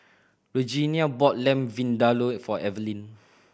Regenia bought Lamb Vindaloo for Evelin